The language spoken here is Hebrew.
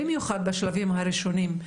במיוחד בשלבים הראשונים,